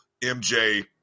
MJ